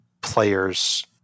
players